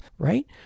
Right